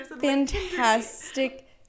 fantastic